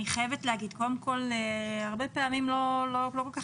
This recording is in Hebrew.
אני חייבת קודם כל לומר שהרבה פעמים לא כל כך